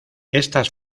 estas